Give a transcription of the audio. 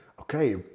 Okay